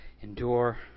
endure